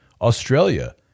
Australia